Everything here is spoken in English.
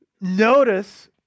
Notice